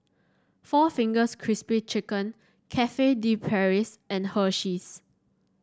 four Fingers Crispy Chicken Cafe De Paris and Hersheys